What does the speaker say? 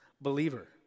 Believer